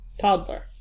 Toddler